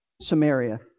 Samaria